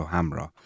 Hamra